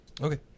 Okay